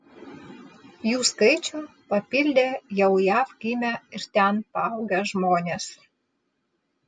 jų skaičių papildė jau jav gimę ir ten paaugę žmonės